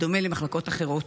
בדומה למחלקות אחרות,